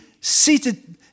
seated